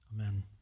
amen